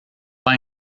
pas